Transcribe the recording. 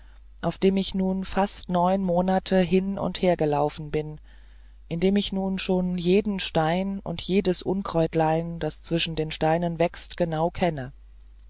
auf dem ich nun fast neun monate hin und hergelaufen bin in dem ich nun schon jeden stein und jedes unkräutlein das zwischen den steinen wächst genau kenne